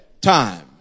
time